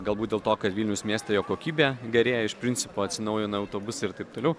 galbūt dėl to kad vilniaus mieste jo kokybė gerėja iš principo atsinaujina autobusai ir taip toliau